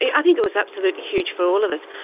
i think it was absolutely huge for all of us.